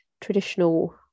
traditional